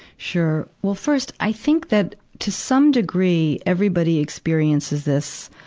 sure. well, first, i think that, to some degree, everybody experiences this,